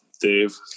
Dave